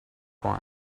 one